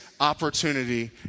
opportunity